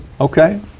Okay